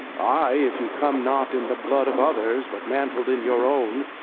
ay, if you come not in the blood of others, but mantled in your own.